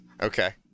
okay